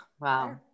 Wow